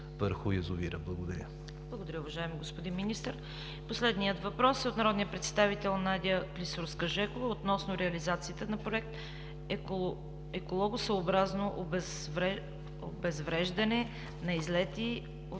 ЦВЕТА КАРАЯНЧЕВА: Благодаря, уважаеми господин Министър. Последният въпрос е от народния представител Надя Клисурска – Жекова относно реализацията на Проект „Екологосъобразно обезвреждане на излезли от